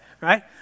right